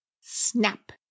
snap